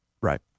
Right